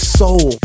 soul